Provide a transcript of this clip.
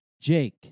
Jake